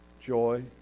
joy